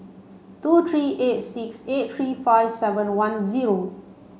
two three eight six eight three five seven one zero